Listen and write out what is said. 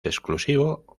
exclusivo